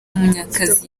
munyakazi